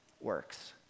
works